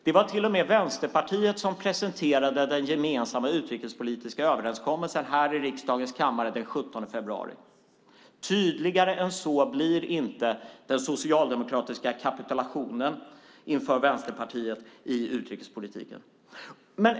Det var till och med Vänsterpartiet som presenterade den gemensamma utrikespolitiska överenskommelsen här i riksdagens kammare den 17 februari. Tydligare än så blir inte den socialdemokratiska kapitulationen för Vänsterpartiet i utrikespolitiken.